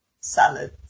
salad